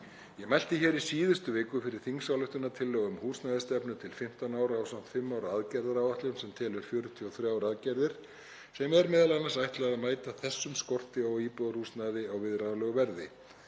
Ég mælti hér í síðustu viku fyrir þingsályktunartillögu um húsnæðisstefnu til 15 ára ásamt fimm ára aðgerðaáætlun, sem telur 43 aðgerðir sem er m.a. ætlað að mæta þessum skorti á íbúðarhúsnæði á viðráðanlegu verði.